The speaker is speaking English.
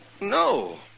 No